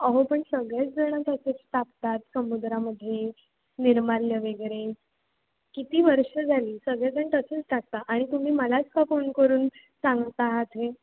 अहो पण सगळेचजण तसेच टाकतात समुद्रामध्ये निर्माल्य वगैरे किती वर्षं झाली सगळेजण तसेच टाकता आणि तुम्ही मलाच का फोन करून सांगत आहात हे